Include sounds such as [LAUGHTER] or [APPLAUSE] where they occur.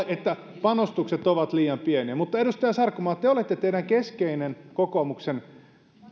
[UNINTELLIGIBLE] että panostukset ovat liian pieniä mutta edustaja sarkomaa te te olette keskeinen kokoomuksen